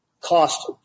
cost